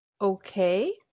Okay